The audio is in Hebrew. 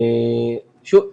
שוב,